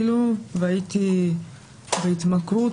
והייתי בהתמכרות,